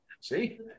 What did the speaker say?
see